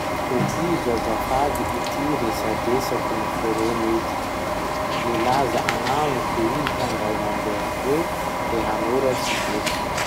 Tohizo azafady ity resadresaky noforony ity: Nilaza agnamiko iha indray mandeha hoe te hanoratsy boky.